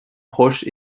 proche